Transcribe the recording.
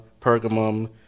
Pergamum